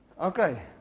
okay